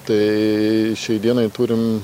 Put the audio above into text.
tai šiai dienai turim